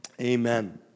Amen